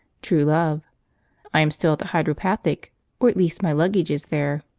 true love i am still at the hydropathic or at least my luggage is there.